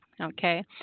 Okay